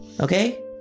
okay